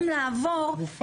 נו,